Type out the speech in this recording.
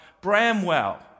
Bramwell